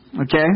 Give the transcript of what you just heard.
okay